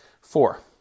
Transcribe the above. Four